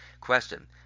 Question